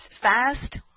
fast